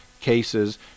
cases